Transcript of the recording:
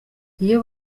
iyo